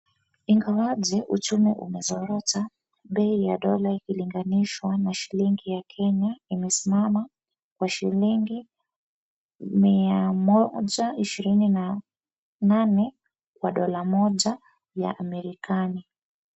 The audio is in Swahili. Ingawaje uchumi umezorota, bei ya dola ikilinganishwa na shilingi ya Kenya imesimama kwa shilingi mia moja ishirini na nane kwa dola moja ya Amerikani.